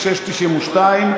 אנחנו עוברים להצעת חוק פ/2692,